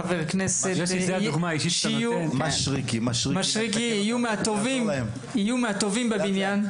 חבר הכנסת משריקי יהיה מהטובים בבניין.